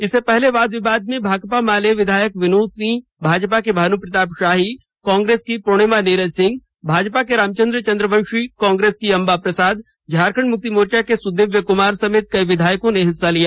इससे पहले वाद विवाद में भाकपा माले विधायक विनोद सिंह भाजपा के भानु प्रताप शाही कांग्रेस की पूर्णिमा नीरज सिंह भाजपा के रामचंद्र चंद्रवंशी कांग्रेस की अंबा प्रसाद झारखंड मुक्ति मोर्चा के सुदिव्य कुमार सहित कई विधायकों ने हिस्सा लिया